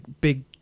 big